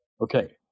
Okay